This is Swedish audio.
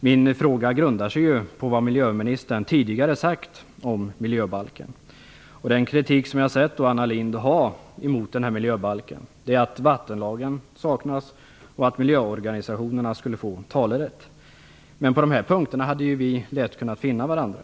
Min fråga grundar sig på vad miljöministern tidigare har sagt om miljöbalken. Den kritik som jag har uppfattat att Anna Lindh har mot denna miljöbalk gäller att vattenlagen saknas och att miljöorganisationerna skulle få talerätt. På dessa punkter hade vi lätt kunnat finna varandra.